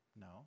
No